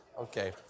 Okay